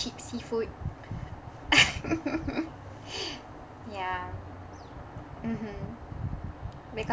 cheap seafood yeah mmhmm because